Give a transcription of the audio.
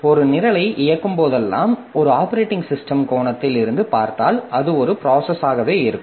ஒரு நிரலை இயக்கும் போதெல்லாம் ஒரு ஆப்பரேட்டிங் சிஸ்டம் கோணத்தில் இருந்து பார்த்தால் அது ஒரு ப்ராசஸ் ஆகவே இருக்கும்